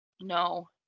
No